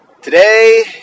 Today